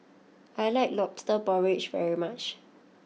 I like Lobster Porridge very much